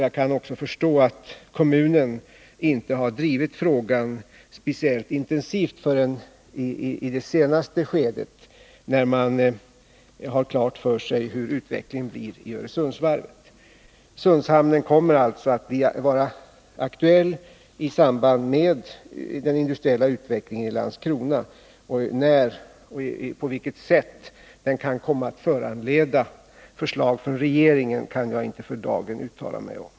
Jag kan också förstå att kommunen inte har drivit frågan speciellt intensivt förrän i det senaste skedet när man fått klart för sig hur utvecklingen kommer att bli vid Öresundsvarvet. Frågan om Sundshamnen kommer alltså att bli aktuell i samband med behandlingen av den industriella utvecklingen i Landskrona. När och på vilket sätt den kan komma att föranleda förslag från regeringen kan jag för dagen inte uttala mig om.